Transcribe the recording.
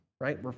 right